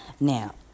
Now